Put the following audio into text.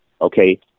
okay